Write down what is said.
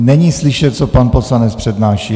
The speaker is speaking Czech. Není slyšet, co pan poslanec přednáší.